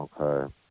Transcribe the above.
Okay